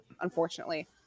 unfortunately